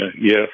Yes